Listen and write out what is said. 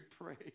pray